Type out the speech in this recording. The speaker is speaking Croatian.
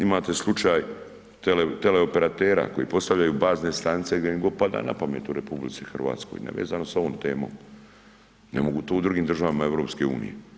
Imate slučaj teleoperatera koji postavljaju bazne stanice gdje im god pada na pamet u RH nevezano sa ovom temom, ne mogu to u drugim državama EU.